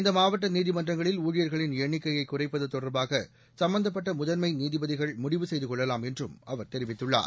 இந்த மாவட்ட நீதிமன்றங்களில் ஊழியர்களின் எண்ணிக்கையை குறைப்பது தொடர்பாக சும்பந்தப்பட்ட முதன்மை நீதிபதிகள் முடிவு செய்து கொள்ளலாம் என்றும் அவர் தெரிவித்துள்ளார்